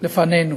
לפנינו,